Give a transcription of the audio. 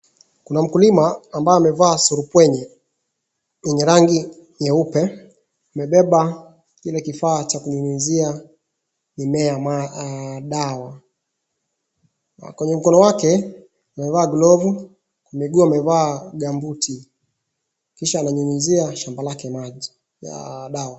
Kuna mkulima ambaye amevaa surupwenye yenye rangi nyeupe, amebeba kile kifaa cha kunyunyizia mimea dawa. Kwenye mkono wake amevaa glovu. Miguu amevaa ngamubuti kisha anayunyizia shamba lake maji ya dawa.